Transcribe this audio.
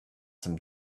some